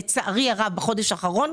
כשבחודש האחרון,